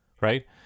right